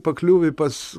pakliuvai pas